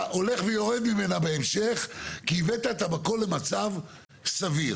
הולך ויורד ממנה בהמשך כי הבאת את המקום למצב סביר.